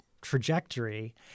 trajectory